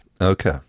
Okay